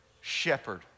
shepherd